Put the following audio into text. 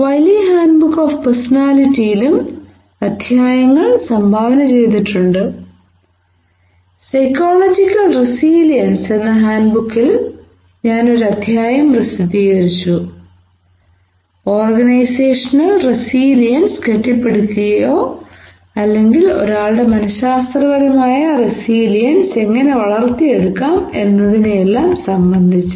വൈലി handbook of പേഴ്സണാലിറ്റിയിലും അധ്യായങ്ങൾ സംഭാവന ചെയ്തിട്ടുണ്ട് സൈക്കോളജിക്കൽ റെസീലിയെൻസ് എന്ന ഹാൻഡ്ബുക്കിൽ ഞാൻ ഒരു അധ്യായം പ്രസിദ്ധീകരിച്ചു ഓർഗനൈസേഷണൽ റെസീലിയെൻസ് കെട്ടിപ്പടുക്കുകയോ അല്ലെങ്കിൽ ഒരാളുടെ മനശാസ്ത്രപരമായ റെസീലിയെൻസ് എങ്ങനെ വളർത്തിയെടുക്കാം എന്നതിനെയെല്ലാം സംബന്ധിച്ചു